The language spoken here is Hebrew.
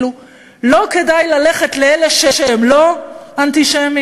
לא כדאי ללכת לאלה שהם לא אנטישמים?